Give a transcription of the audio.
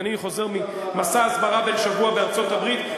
ואני חוזר ממסע הסברה בן שבוע בארצות-הברית,